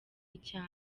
icya